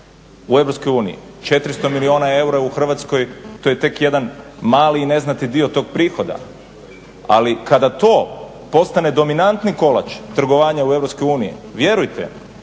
u EU, 400 milijuna eura u Hrvatskoj to je tek jedan mali i neznatni dio tog prihoda, ali kada to postane dominantni kolač trgovanja u EU vjerujte